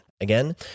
Again